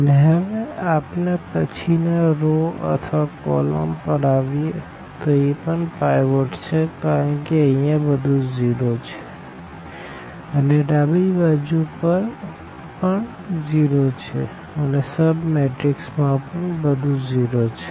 અને હવે આપણે પછી ના રો અથવા કોલમ પર આવીએ તો એ પણ પાઈવોટ છે કારણ કે અહિયાં બધું ઝીરો છે અને ડાબી બાજુ પણ ઝીરો છે અને સબ મેટ્રીક્સ માં પણ બધું ઝીરો છે